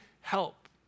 help